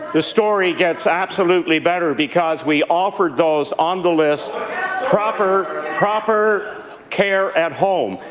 the story gets absolutely better, because we offered those on the list proper proper care at home.